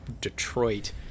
Detroit